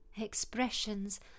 Expressions